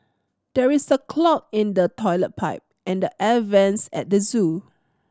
there is a clog in the toilet pipe and the air vents at the zoo